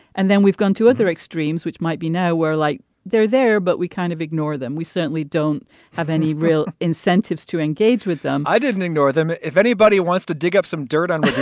and then we've gone to other extremes, which might be nowhere like they're there, but we kind of ignore them. we certainly don't have any real incentives to engage with them i didn't ignore them. if anybody wants to dig up some dirt on it,